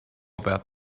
about